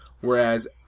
Whereas